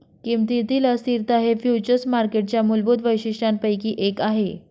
किमतीतील अस्थिरता हे फ्युचर्स मार्केटच्या मूलभूत वैशिष्ट्यांपैकी एक आहे